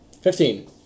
Fifteen